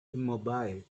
immobile